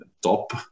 top